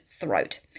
throat